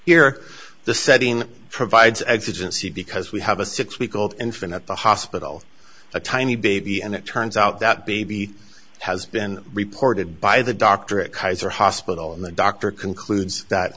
here the setting provides exigency because we have a six week old infant at the hospital a tiny baby and it turns out that baby has been reported by the doctor at kaiser hospital and the doctor concludes that